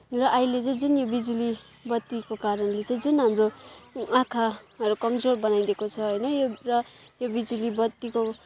र अहिले चाहिँ जुन यो बिजुली बत्तीको कारणले चाहिँ जुन हाम्रो आँखाहरू कमजोर बनाइदिएको छ होइन यो र यो बिजुली बत्तीको